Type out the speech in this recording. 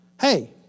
hey